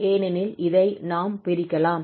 ஏனெனில் இதை நாம் பிரிக்கலாம்